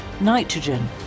nitrogen